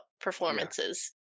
performances